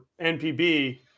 NPB